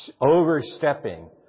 overstepping